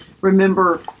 remember